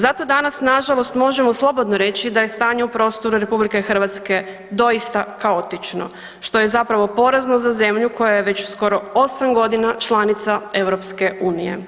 Zato danas nažalost možemo slobodno reći da je stanje u prostoru RH doista kaotično, što je zapravo porazno za zemlju koja je već skoro 8.g. članica EU.